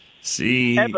See